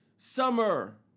Summer